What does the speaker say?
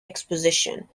exposition